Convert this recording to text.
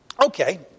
Okay